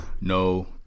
No